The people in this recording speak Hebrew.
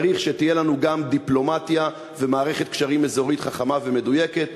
צריך שתהיה לנו גם דיפלומטיה ומערכת קשרים אזורית חכמה ומדויקת,